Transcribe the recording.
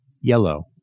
yellow